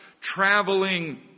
traveling